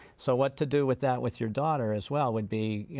so what to do with that with your daughter as well would be